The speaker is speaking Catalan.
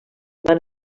van